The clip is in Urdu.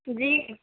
جی